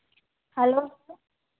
hello